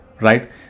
right